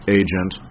agent